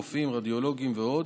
רופאים רדיולוגים ועוד.